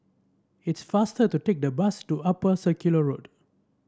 it's faster to take the bus to Upper Circular Road